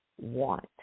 want